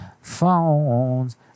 phones